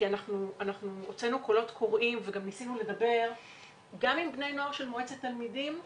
כי הוצאנו קולות קוראים וניסינו לדבר גם עם בני נוער של מועצת תלמידים,